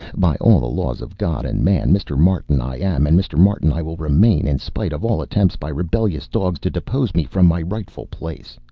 by all the laws of god and man, mr. martin i am and mr. martin i will remain, in spite of all attempts by rebellious dogs to depose me from my rightful place.